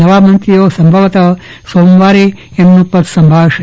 નવા મંત્રઓ સંભવતઃ સોમવારે તેમનં પદ સંભાળશે